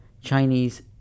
Chinese